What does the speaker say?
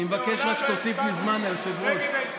אני מבקש רק שתוסיף לי זמן, היושב-ראש.